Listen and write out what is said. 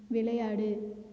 விளையாடு